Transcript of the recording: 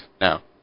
now